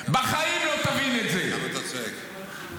למה אתה צועק?